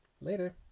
Later